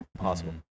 possible